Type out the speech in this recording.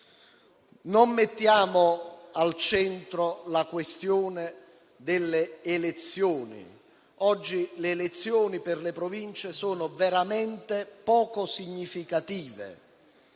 si metta al centro la questione delle elezioni. Oggi le elezioni per le Province sono veramente poco significative.